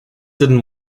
didn’t